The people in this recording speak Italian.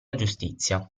giustizia